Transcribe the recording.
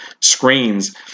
screens